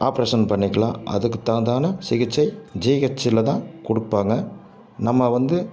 operation பண்ணிக்கலாம் அதுக்கு தகுந்தான சிகிச்சை ஜீஹெச்சில் தான் கொடுப்பாங்க நம்ம வந்து